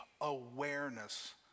awareness